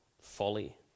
folly